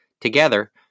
Together